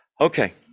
Okay